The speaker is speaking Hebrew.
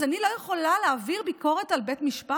אז אני לא יכולה להעביר ביקורת על בית משפט?